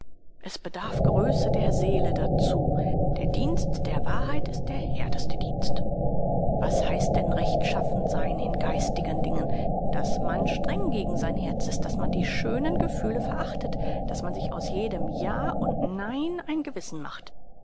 es bedarf größe der seele dazu der dienst der wahrheit ist der härteste dienst was heißt denn rechtschaffen sein in geistigen dingen daß man streng gegen sein herz ist daß man die schönen gefühle verachtet daß man sich aus jedem ja und nein ein gewissen macht